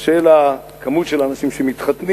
של הכמות של האנשים שמתחתנים,